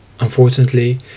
Unfortunately